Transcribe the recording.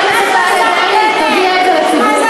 חבר הכנסת אריה דרעי, תודיע את זה לציבור.